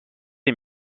est